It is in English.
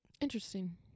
interesting